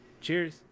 Cheers